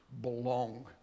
belong